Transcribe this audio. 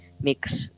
mix